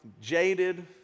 jaded